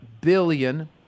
billion